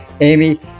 Amy